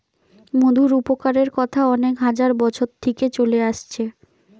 মধুর উপকারের কথা অনেক হাজার বছর থিকে চলে আসছে